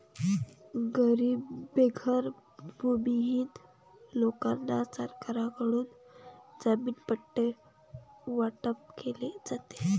गरीब बेघर भूमिहीन लोकांना सरकारकडून जमीन पट्टे वाटप केले जाते